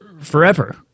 forever